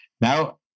Now